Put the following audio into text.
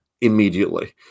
immediately